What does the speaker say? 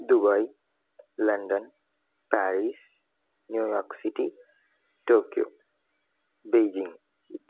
Dubai London Paris New York city Tokyo Beijing